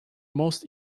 most